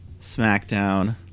SmackDown